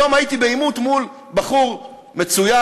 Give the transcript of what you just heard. היום הייתי בעימות מול בחור מצוין,